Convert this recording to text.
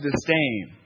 disdain